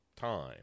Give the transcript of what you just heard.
time